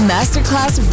Masterclass